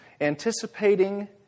anticipating